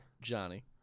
Johnny